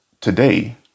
today